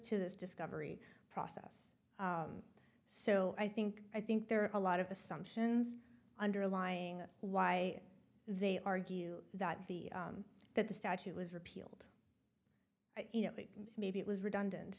to this discovery process so i think i think there are a lot of assumptions underlying why they argue that that the statute was repealed you know maybe it was redundant